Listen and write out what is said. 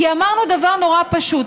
כי אמרנו דבר נורא פשוט,